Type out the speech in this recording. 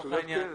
לצורך העניין.